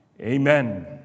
Amen